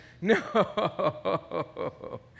no